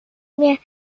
mir